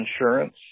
insurance